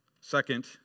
Second